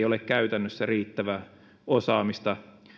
ole käytännössä riittävää osaamista